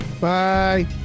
Bye